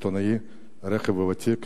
עיתונאי הרכב הוותיק,